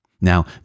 Now